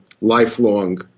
lifelong